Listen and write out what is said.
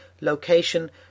location